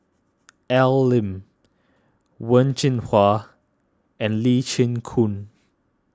Al Lim Wen Jinhua and Lee Chin Koon